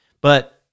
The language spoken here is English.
but-